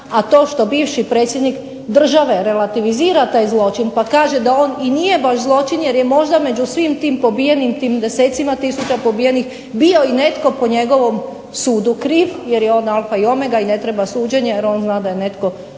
a to što bivši predsjednik države relativizira taj zločin, pa kaže da on i nije baš zločin jer je možda među svim tim pobijenim, tim desecima tisuća pobijenih bio i netko po njegovom sudu kriv, jer je on alfa i omega, i ne treba suđenje, jer on zna da je netko